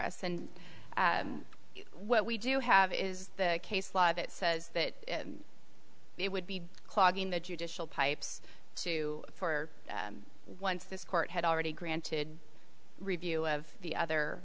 us and what we do have is the case law that says that it would be clogging the judicial pipes to for once this court had already granted review of the other